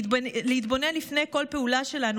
להתבונן לפני כל פעולה שלנו,